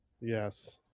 Yes